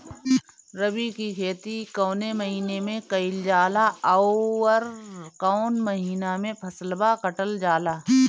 रबी की खेती कौने महिने में कइल जाला अउर कौन् महीना में फसलवा कटल जाला?